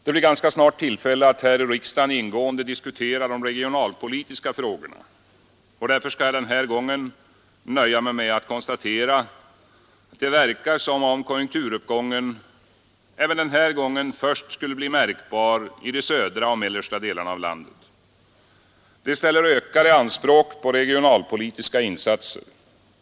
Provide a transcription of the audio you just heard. Det blir ganska snart tillfälle att här i riksdagen ingående diskutera de regionalpolitiska frågorna. Därför skall jag den här gången nöja mig med att konstatera att det verkar som om konjunkturuppgången även den här gången först skulle bli märkbar i de södra och mellersta delarna av landet. Det ställer ökade anspråk på regionalpolitiska insatser.